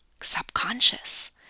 subconscious